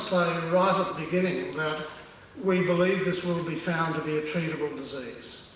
right at the beginning that we believe this will be found to be a treatable disease.